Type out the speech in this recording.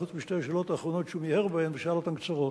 חוץ משתי השאלות האחרונות שהוא מיהר בהן ושאל אותן קצרות.